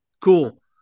cool